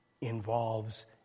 involves